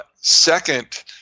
Second